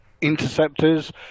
interceptors